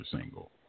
single